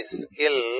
skill